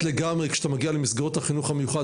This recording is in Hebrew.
לגמרי כשאתה מגיע למסגרות החינוך המיוחד?